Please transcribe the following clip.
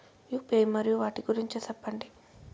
UPI మరియు వాటి గురించి సెప్పండి?